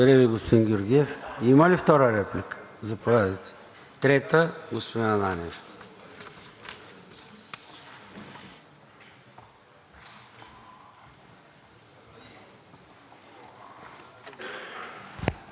Уважаеми господин Председател, уважаеми колеги народни представители! Уважаема госпожо Нинова,